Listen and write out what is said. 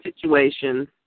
situation